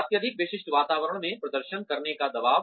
अत्यधिक विशिष्ट वातावरण में प्रदर्शन करने का दबाव